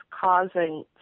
causing